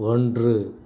ஒன்று